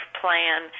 plan